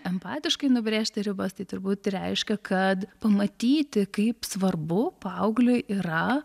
empatiškai nubrėžti ribas tai turbūt reiškia kad pamatyti kaip svarbu paaugliui yra